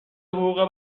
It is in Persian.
حقوق